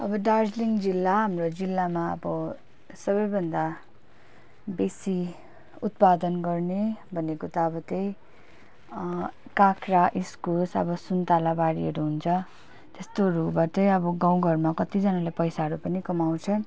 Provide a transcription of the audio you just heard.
अब दार्जिलिङ जिल्ला हाम्रो जिल्लामा अब सबैभन्दा बेसी उत्पादन गर्ने भनेको त अब त्यही काँक्रा इस्कुस अब सुन्ताला बारीहरू हुन्छ त्यस्तोहरूबाटै अब गाउँघरमा कतिजनाले पैसाहरू पनि कमाउँछन्